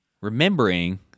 remembering